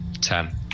Ten